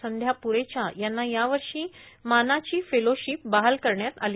संध्या पुरेचा यांना यावर्षी मानाची फेलोशिप बहाल करण्यात आली